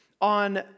on